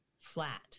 flat